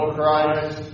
Christ